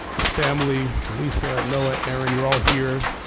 his family, alisa, noah, erin, you're all here.